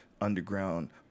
underground